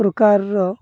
ପ୍ରକାର